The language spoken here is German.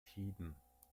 tiden